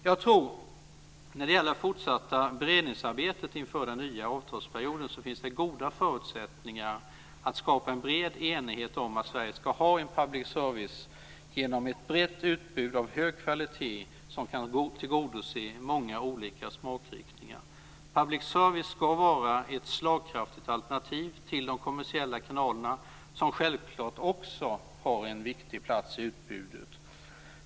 Jag tror när det gäller det fortsatta beredningsarbetet inför den nya avtalsperioden att det finns goda förutsättningar att skapa en bred enighet om att Sverige ska ha public service genom ett brett utbud av hög kvalitet som kan tillgodose många olika smakriktningar. Public service ska vara ett slagkraftigt alternativ till de kommersiella kanalerna, som självklart också har en viktig plats i utbudet.